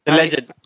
legend